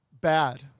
bad